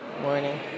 morning